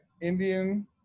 Indian